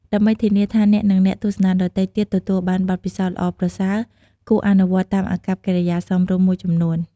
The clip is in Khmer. ដើម្បីធានាថាអ្នក និងអ្នកទស្សនាដទៃទៀតទទួលបានបទពិសោធន៍ល្អប្រសើរ គួរអនុវត្តតាមអាកប្បកិរិយាសមរម្យមួយចំនួន។